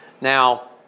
Now